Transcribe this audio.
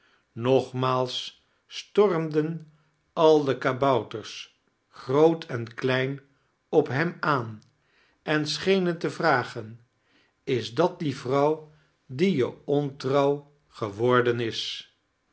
nogmaals stormden al de kabouters groot en klein op hem aan en schenen te vragen is dat die vrouw die je ontrouw geworden is